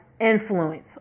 influence